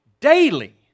daily